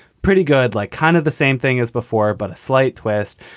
pretty good. like kind of the same thing as before, but a slight twist.